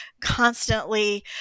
constantly